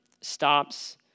stops